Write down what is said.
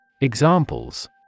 Examples